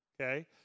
okay